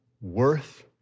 worth